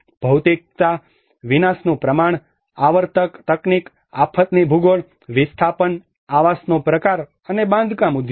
ભૌતિકતા વિનાશનું પ્રમાણ આવર્તક તકનીક આફતની ભૂગોળ વિસ્થાપન આવાસનો પ્રકાર અને બાંધકામ ઉદ્યોગ